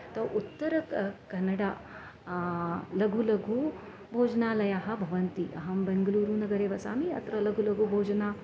अतः उत्तरकन्नडे लघु लघु भोजनालयः भवन्ति अहं बेङ्गलूरुनगरे वसामि अत्र लघु लघु भोजना